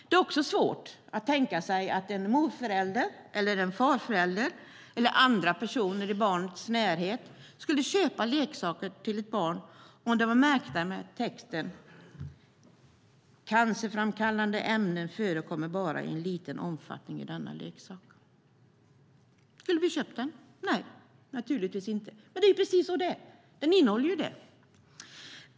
Det är svårt att tänka sig att mor eller farföräldrar, eller andra personer i barnets närhet, skulle köpa leksaker till barnet om de var märkta med texten "Cancerframkallande ämnen förekommer bara i liten omfattning i denna leksak". Skulle vi köpa den? Nej, naturligtvis inte. Men det är så det är. Leksaker innehåller sådana ämnen.